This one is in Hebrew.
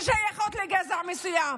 ששייכות לגזע מסוים.